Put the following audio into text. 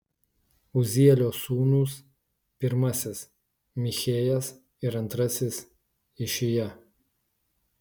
uzielio sūnūs pirmasis michėjas ir antrasis išija